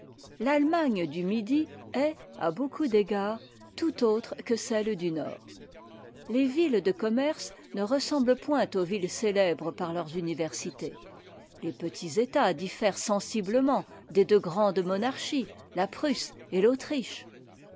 l'ahemagne du midi est à beaucoup d'égards tout autre que celle du nord les villes de commerce ne ressemblent point aux villes célèbres par leurs universités tes petits états diffèrent sensiblement des deux grandes monarchies la prusse et l'autriche